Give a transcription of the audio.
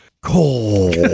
Cold